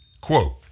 Quote